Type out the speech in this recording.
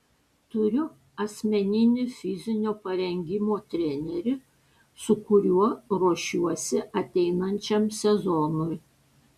turiu asmeninį fizinio parengimo trenerį su kuriuo ruošiuosi ateinančiam sezonui